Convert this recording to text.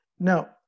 Now